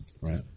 right